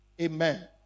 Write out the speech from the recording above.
Amen